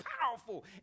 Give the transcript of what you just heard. powerful